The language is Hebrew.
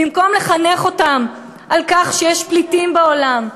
במקום לחנך אותם לכך שיש פליטים בעולם.